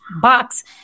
box